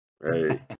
Right